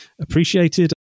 appreciated